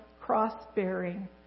cross-bearing